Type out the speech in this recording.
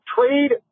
Trade